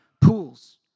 pools